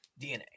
DNA